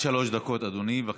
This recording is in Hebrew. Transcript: עד שלוש דקות, אדוני, בבקשה.